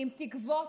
עם תקוות,